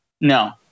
No